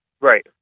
Right